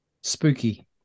spooky